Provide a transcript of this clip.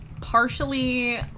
partially